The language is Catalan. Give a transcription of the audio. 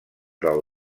del